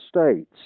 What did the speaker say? states